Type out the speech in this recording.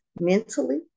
mentally